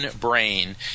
brain